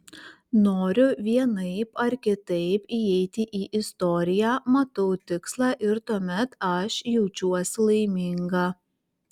noriu vienaip ar kitaip įeiti į istoriją matau tikslą ir tuomet aš jaučiuosi laiminga